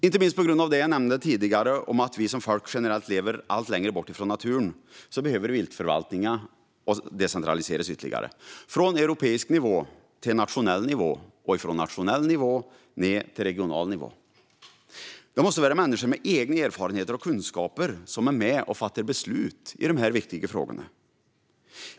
Inte minst på grund av det jag nämnde tidigare om att vi som folk generellt lever allt längre bort från naturen behöver viltförvaltningen decentraliseras ytterligare - från europeisk nivå till nationell nivå och från nationell nivå ned till regional nivå. Människor med egna erfarenheter och kunskaper måste vara med och fatta beslut i dessa viktiga frågor.